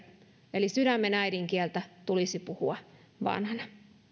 eli sydämen äidinkieltä tulisi puhua vanhana